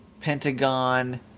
Pentagon